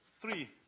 three